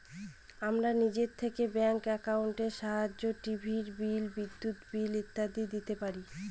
আমরা নিজে থেকে ব্যাঙ্ক একাউন্টের সাহায্যে টিভির বিল, বিদ্যুতের বিল ইত্যাদি দিতে পারি